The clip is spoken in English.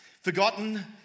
forgotten